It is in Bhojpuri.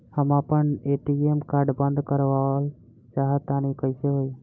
हम आपन ए.टी.एम कार्ड बंद करावल चाह तनि कइसे होई?